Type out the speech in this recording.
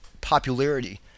popularity